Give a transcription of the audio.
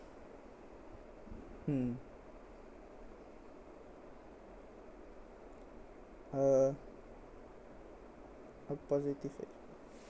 mm uh a positive